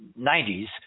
90s